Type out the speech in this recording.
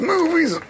Movies